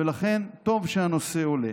ולכן טוב שהנושא עולה.